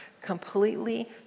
completely